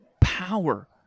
power